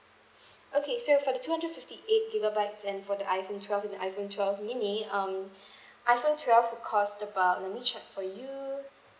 okay so for the two hundred fifty eight gigabytes and for the iphone twelve and the iphone twelve mini um iphone twelve will cost about let me check for you